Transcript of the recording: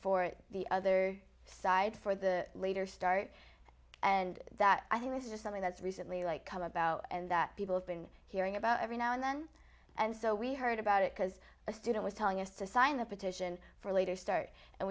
for the other side for the later start and that i think this is something that's recently like come about and that people have been hearing about every now and then and so we heard about it because a student was telling us to sign the petition for later start and